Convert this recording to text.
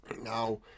Now